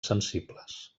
sensibles